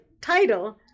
title